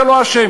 אתה לא אשם.